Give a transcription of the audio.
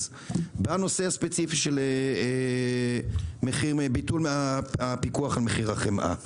בנושא הספציפי של ביטול הפיקוח על מחיר החמאה.